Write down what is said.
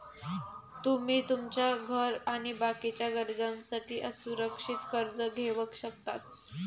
तुमी तुमच्या घर आणि बाकीच्या गरजांसाठी असुरक्षित कर्ज घेवक शकतास